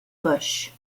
bush